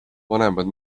vanemad